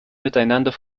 miteinander